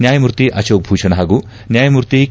ನ್ಯಾಯಮೂರ್ತಿ ಆಕೋಕ್ ಭೂಷಣ್ ಹಾಗೂ ನ್ಗಾಯಮೂರ್ತಿ ಕೆ